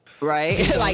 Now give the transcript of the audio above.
right